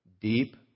Deep